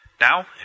Now